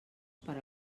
per